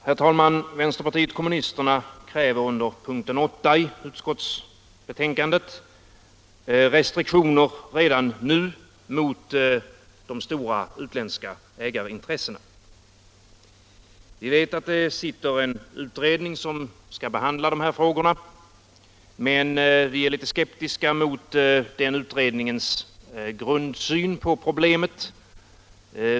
Herr talman! Vänsterpartiet kommunisterna kräver under punkten 8 i betänkandet restriktioner redan nu mot de stora utländska ägarintressena. Vi vet att det sitter en utredning som skall behandla dessa frågor, men vi är litet skeptiska mot den utredningens grundsyn på problemet.